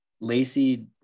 Lacey